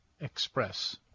Express